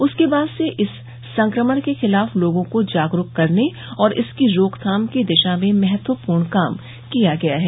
उसके बाद से इस संक्रमण के खिलाफ लोगों को जागरुक करने और इसकी रोकथाम की दिशा में महत्वपूर्ण काम किया गया है